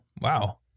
Wow